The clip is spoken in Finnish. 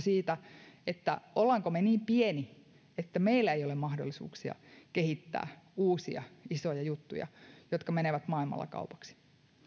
siitä olemmeko me niin pieni että meillä ei ole mahdollisuuksia kehittää uusia isoja juttuja jotka menevät maailmalla kaupaksi